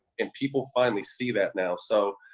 and people finally see that now. so,